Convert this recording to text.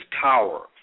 tower